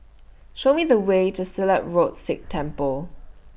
Show Me The Way to Silat Road Sikh Temple